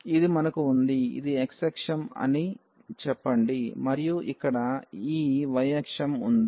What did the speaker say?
ఇది మనకు ఉంది ఇది x అక్షం అని చెప్పండి మరియు ఇక్కడ ఈ y అక్షం ఉంది